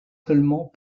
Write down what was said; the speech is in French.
seulement